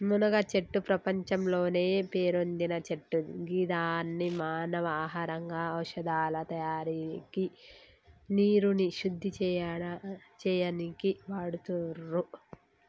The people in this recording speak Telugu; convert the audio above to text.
మునగచెట్టు ప్రపంచంలోనే పేరొందిన చెట్టు గిదాన్ని మానవ ఆహారంగా ఔషదాల తయారికి నీరుని శుద్ది చేయనీకి వాడుతుర్రు